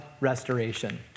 restoration